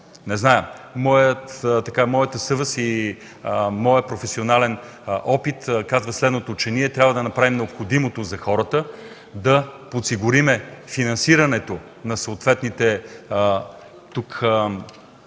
Не зная, моята съвест и моят професионален опит казват следното – че ние трябва да направим необходимото за хората, да подсигурим финансирането на съответните